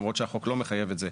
למרות שהחוק לא מחייב את זה,